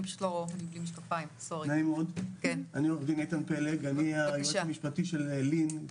נעים מאוד, אני היועץ המשפטי של לי"ן.